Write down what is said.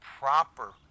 proper